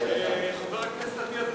חבר הכנסת אריאל אטיאס.